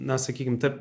na sakykim ta